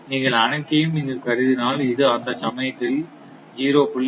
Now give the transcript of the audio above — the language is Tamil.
நீங்கள் அனைத்தையும் இங்கு கருதினால் இது அந்த சமயத்தில் 0